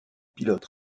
pilotes